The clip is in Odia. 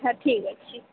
ହଁ ଠିକ୍ ଅଛି